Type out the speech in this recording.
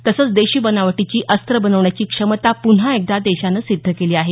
तसंच देशी बनावटीची अस्त्रं बनविण्याची क्षमता पुन्हा एकदा देशानं सिद्ध केली आहे